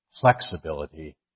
flexibility